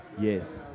Yes